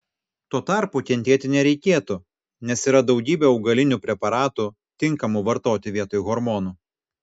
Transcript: tuo tarpu kentėti nereikėtų nes yra daugybė augalinių preparatų tinkamų vartoti vietoj hormonų